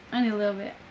and a little bit.